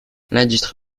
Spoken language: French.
l’industrie